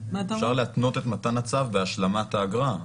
אפשר להתנות את מתן הצו בהשלמת האגרה,